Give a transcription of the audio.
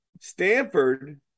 Stanford